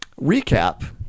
recap